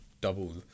double